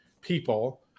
people